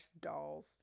dolls